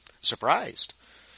surprised